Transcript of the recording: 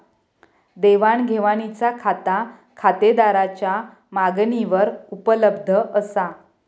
देवाण घेवाणीचा खाता खातेदाराच्या मागणीवर उपलब्ध असा